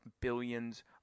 billions